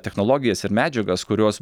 technologijas ir medžiagas kurios